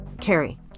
Carrie